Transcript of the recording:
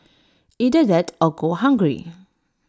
either that or go hungry